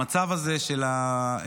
המצב הזה של הגרושות,